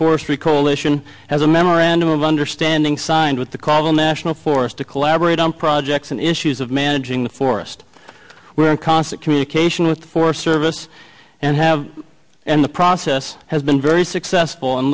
for street coalition has a memorandum of understanding signed with the called on national forest to collaborate on projects and issues of managing the forest were in constant communication with the forest service and have and the process has been very successful and